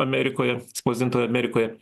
amerikoje spausdintoje amerikoje